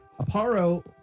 Aparo